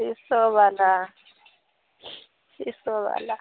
शीशोवला शीशोवला